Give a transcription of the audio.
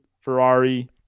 Ferrari